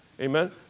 Amen